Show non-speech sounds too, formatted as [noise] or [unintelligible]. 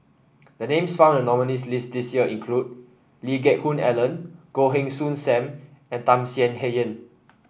the names found in the nominees' list this year include Lee Geck Hoon Ellen Goh Heng Soon Sam and Tham Sien [unintelligible] Yen